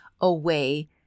away